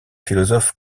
philosophes